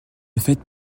faites